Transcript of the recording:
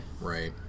Right